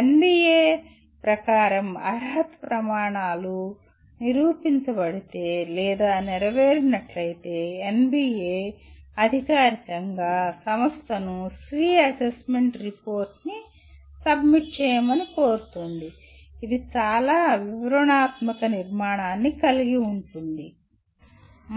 NBA ప్రకారం అర్హత ప్రమాణాలు నిరూపించబడితే లేదా నెరవేరినట్లయితే ఎన్బిఎ అధికారికంగా సంస్థను స్వీయ అసెస్మెంట్ రిపోర్ట్ ని సబ్మిట్ చేయమని కోరుతుంది ఇది చాలా వివరణాత్మక నిర్మాణాన్ని కలిగి ఉంటుంది